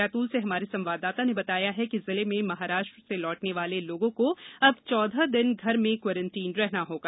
बैतूल से हमारे संवाददाता ने बताया है कि जिले में महाराष्ट्र से लौटने वाले लोगों को अब चौदह दिन घर में क्वारण्टीन रहना होगा